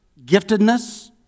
giftedness